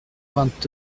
vingt